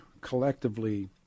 collectively